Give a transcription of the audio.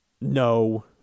no